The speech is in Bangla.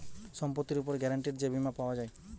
সম্পত্তির উপর গ্যারান্টিড যে বীমা পাওয়া যায়